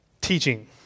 teaching